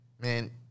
Man